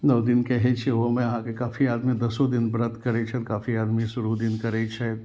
नओ दिन कहै छै ओहोमे अहाँके काफी आदमी दसो दिन व्रत करै छथि काफी आदमी शुरू दिन करै छथि